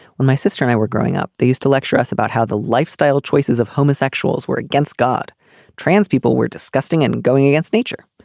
when my sister and i were growing up they used to lecture us about how the lifestyle choices of homosexuals were against god trans people were disgusting and going against nature.